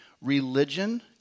Religion